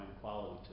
quality